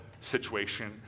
situation